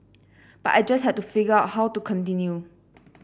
but I just had to figure out how to continue